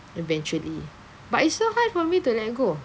eventually but it's so hard for me to let go